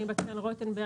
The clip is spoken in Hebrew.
אני בת חן רוטנברג,